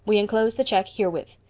we enclose the check herewith.